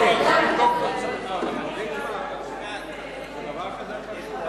להסיר מסדר-היום את הצעת חוק ביטוח בריאות ממלכתי (תיקון,